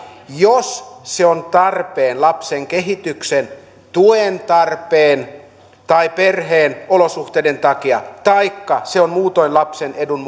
jos se on tarpeen lapsen kehityksen tuen tarpeen tai perheen olosuhteiden takia taikka se on muutoin lapsen edun